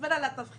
ההסבר על התבחינים